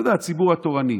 הציבור התורני,